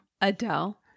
Adele